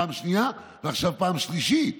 פעם שנייה ועכשיו פעם שלישית.